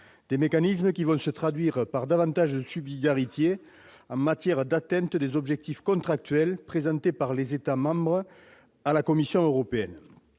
mécanismes se traduiront par davantage de subsidiarité en matière d'atteinte des objectifs contractuels définis entre les États membres et la Commission européenne.